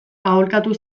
aholkatu